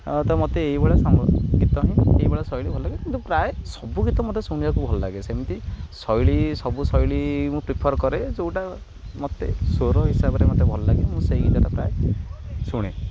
ତ ମୋତେ ଏଇଭଳିଆ ସା ଗୀତ ହିଁ ଏଇଭଳିଆ ଶୈଳୀ ଭଲଲାଗେ କିନ୍ତୁ ପ୍ରାୟ ସବୁ ଗୀତ ମୋତେ ଶୁଣିବାକୁ ଭଲଲାଗେ ସେମିତି ଶୈଳୀ ସବୁ ଶୈଳୀ ମୁଁ ପ୍ରିଫର କରେ ଯେଉଁଟା ମୋତେ ସ୍ୱର ହିସାବରେ ମୋତେ ଭଲଲାଗେ ମୁଁ ସେଇ ଗୀତଟା ପ୍ରାୟ ଶୁଣେ